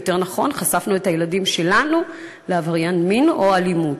ויותר נכון חשפנו את הילדים שלנו לעבריין מין או אלימות.